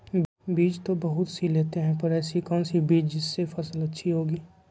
बीज तो बहुत सी लेते हैं पर ऐसी कौन सी बिज जिससे फसल अच्छी होगी?